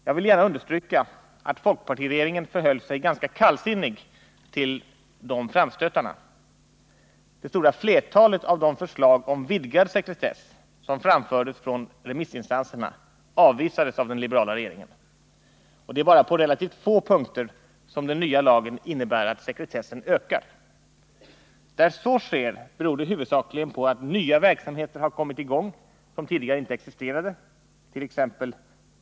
Jag vill gärna understryka att folkpartiregeringen förhöll sig ganska kallsinnig till dessa framstötar. Det stora flertalet av de förslag om vidgad sekretess som framfördes från remissinstanserna avvisades av den liberala regeringen, och det är bara på relativt få punkter som den nya lagen innebär att sekretessen ökar. Där så sker beror det huvudsakligen på att nya verksamheter har kommit i gång som tidigare inte existerade —t.ex.